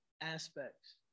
aspects